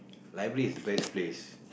library is the best place